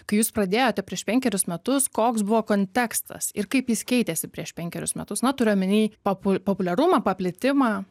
kai jūs pradėjote prieš penkerius metus koks buvo kontekstas ir kaip jis keitėsi prieš penkerius metus na turiu omeny papu populiarumą paplitimą